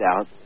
out